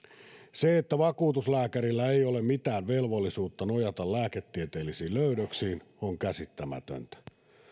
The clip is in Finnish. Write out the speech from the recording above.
se että vakuutuslääkärillä ei ole mitään velvollisuutta nojata lääketieteellisiin löydöksiin on käsittämätöntä